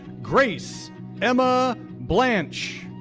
grace um ah branch.